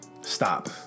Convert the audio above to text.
stop